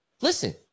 Listen